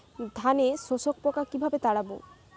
ধানে শোষক পোকা কিভাবে তাড়াব?